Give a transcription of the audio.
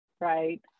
right